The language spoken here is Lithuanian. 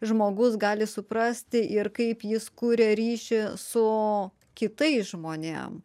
žmogus gali suprasti ir kaip jis kuria ryšį su kitais žmonėm